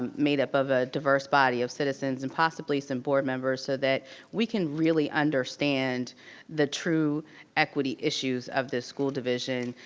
um made up of a diverse body of citizens, and possibly some board members, so that we can really understand the true equity issues of this school division.